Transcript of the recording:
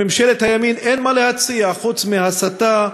לממשלת הימין אין מה להציע מלבד מהסתה,